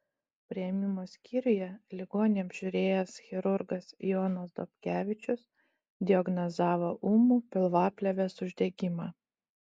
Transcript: priėmimo skyriuje ligonį apžiūrėjęs chirurgas jonas dobkevičius diagnozavo ūmų pilvaplėvės uždegimą